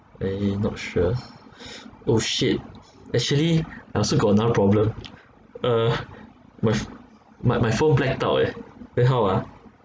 and he not sure oh shit actually I also got another problem uh my ph~ my my phone blacked out eh then how ah